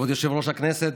כבוד יושב-ראש הכנסת,